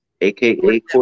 aka